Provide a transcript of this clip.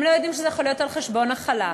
הם לא יודעים שזה יכול להיות על חשבון החל"ת.